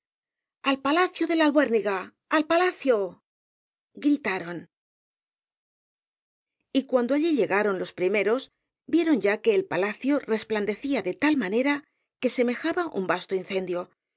al palacio de la albuérniga al palacio gritaron el caballero de las botas azules y cuando allí llegaron los primeros vieron ya que el palacio resplandecía de tal manera que semejaba un vasto incendio y